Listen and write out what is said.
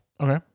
Okay